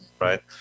right